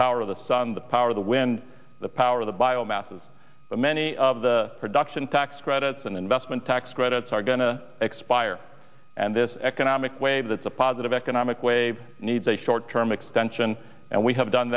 power of the sun the power the wind the power the bio masses many of the production tax credits and investment tax credits are going to expire and this economic wave that's a positive economic wave needs a short term extension and we have done